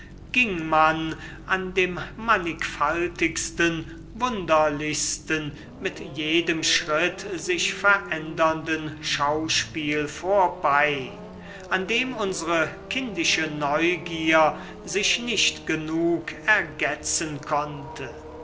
ging man an dem mannigfaltigsten wunderlichsten mit jedem schritt sich verändernden schauspiel vorbei an dem unsere kindische neugier sich nicht genug ergetzen konnte